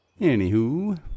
Anywho